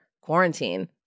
quarantine